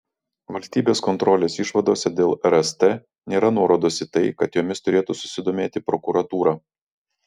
valstybės kontrolės išvadose dėl rst nėra nuorodos į tai kad jomis turėtų susidomėti prokuratūra